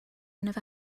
never